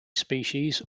species